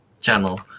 channel